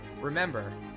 Remember